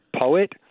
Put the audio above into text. poet